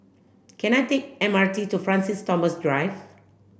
can I take M R T to Francis Thomas Drive